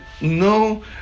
No